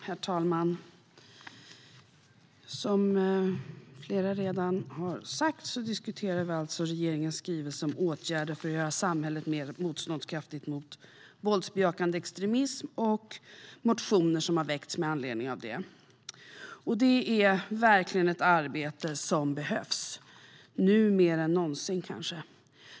Herr talman! Som flera redan har sagt diskuterar vi alltså regeringens skrivelse om åtgärder för att göra samhället mer motståndskraftigt mot våldsbejakande extremism och motioner som har väckts med anledning av det. Det är verkligen ett arbete som nu mer än någonsin behövs.